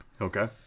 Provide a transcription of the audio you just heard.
Okay